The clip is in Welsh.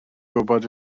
gwybod